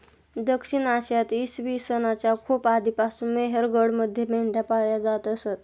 दक्षिण आशियात इसवी सन च्या खूप आधीपासून मेहरगडमध्ये मेंढ्या पाळल्या जात असत